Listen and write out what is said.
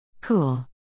cool